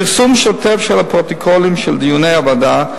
פרסום שוטף של הפרוטוקולים של דיוני הוועדה,